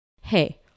Hey